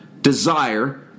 desire